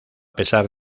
pesar